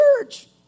church